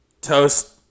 Toast